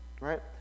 right